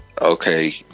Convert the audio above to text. okay